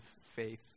faith